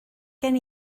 gen